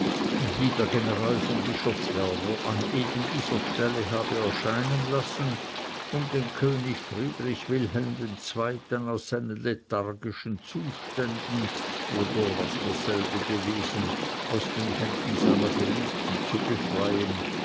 der general von bischofswerder an eben dieser stelle habe erscheinen lassen um den könig friedrich wilhelm ii aus seinen lethargischen zuständen oder was dasselbe gewesen aus den händen seiner geliebten zu befreien